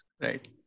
Right